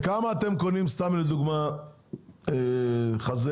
בכמה אתם קונים, סתם לדוגמא, חזה?